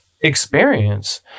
experience